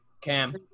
Cam